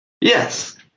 Yes